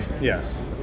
Yes